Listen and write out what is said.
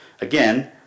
again